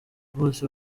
bose